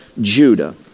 Judah